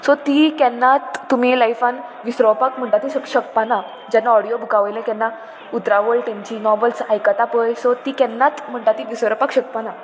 so ती केन्नात तुमी लायफान विसरोवपाक म्हणटा ती शकपाना जेन्ना ऑडियो बुकां वयले केन्ना उतरावळ तेंची नॉवल्स आयकता पळय सो ती केन्नाच म्हणटा ती विसरोपाक शकपाना